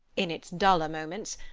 in its duller moments,